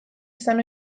izan